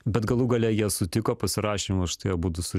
bet galų gale jie sutiko pasirašem užtai abudu su